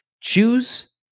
Choose